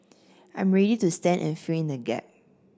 I'm ready to stand and fill in the gap